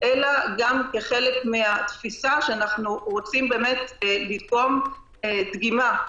אלא גם כחלק מהתפיסה שאנחנו רוצים לדגום דגימה.